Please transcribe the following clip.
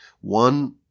one